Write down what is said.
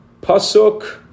Pasuk